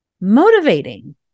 motivating